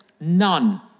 none